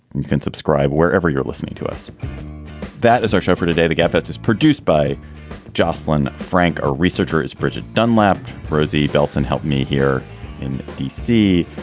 you can subscribe wherever you're listening to us that is our show for today, the gap that is produced by jocelyn frank. a researcher is bridget dunlap. rosie bellson helped me here in d c.